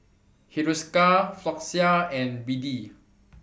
Hiruscar Floxia and BD